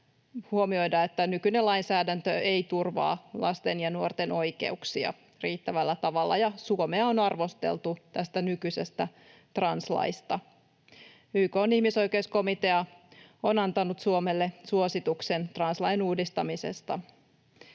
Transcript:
huomioida, että nykyinen lainsäädäntö ei turvaa lasten ja nuorten oikeuksia riittävällä tavalla. Suomea on arvosteltu tästä nykyisestä translaista. YK:n ihmisoikeuskomitea on antanut Suomelle suosituksen translain uudistamisesta,